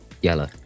Yellow